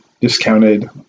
discounted